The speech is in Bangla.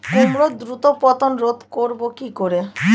কুমড়োর দ্রুত পতন রোধ করব কি করে?